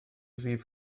rif